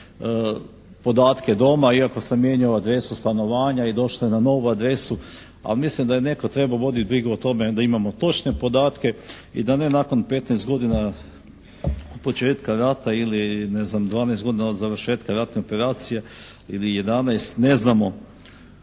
podatke doma, iako sam mijenjao adresu stanovanja i došlo je na novu adresu. A mislim da je netko trebao voditi brigu o tome da imamo točne podatke i da ne nakon 15 godina od početka rata ili ne znam 12 godina od završetka ratne operacije ili 11 ne znamo